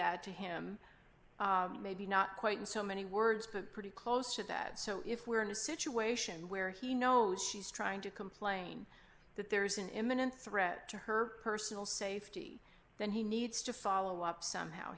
that to him maybe not quite in so many words it's pretty close to dead so if we're in a situation where he knows she's trying to complain that there's an imminent threat to her personal safety then he needs to follow up somehow